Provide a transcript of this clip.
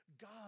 God